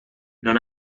non